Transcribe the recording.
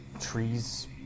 trees